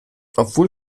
obwohl